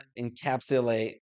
encapsulate